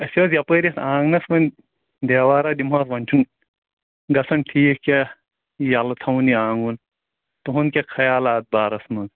اَسہِ ٲسۍ یپٲرۍ یتھ آنٛگنَس وۅنۍ دیوار دِمہو وۅنۍ چھُنہٕ گژھان ٹھیٖک کیٚنٛہہ یَلہٕ تھاوُن یہِ آنٛگُن تُہُنٛد کیٛاہ خَیالا اَتھ بارس منٛز